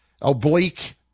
oblique